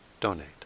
donate